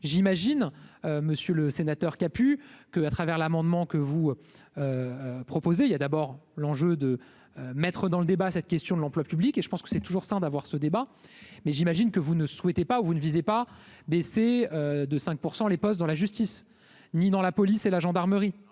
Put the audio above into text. j'imagine, monsieur le sénateur, qui a pu que à travers l'amendement que vous proposez, il y a d'abord l'enjeu de mettre dans le débat, cette question de l'emploi public et je pense que c'est toujours sans d'avoir ce débat, mais j'imagine que vous ne souhaitez pas ou vous ne visait pas baisser de 5 % les postes dans la justice, ni dans la police et la gendarmerie,